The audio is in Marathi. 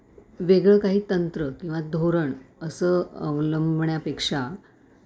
वेगळं काही तंत्र किंवा धोरण असं अवलंबण्यापेक्षा